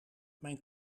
mijn